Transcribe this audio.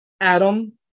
adam